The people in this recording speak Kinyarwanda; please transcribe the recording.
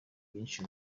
byinshi